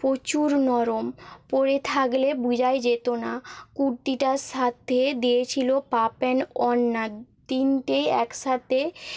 প্রচুর নরম পরে থাকলে বোঝাই যেত না কুর্তিটার সাথে দিয়েছিল পা প্যান্ট ওড়না তিনটে একসাথে